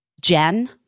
Jen